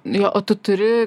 jo o tu turi